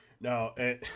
No